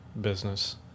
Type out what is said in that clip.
business